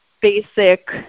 basic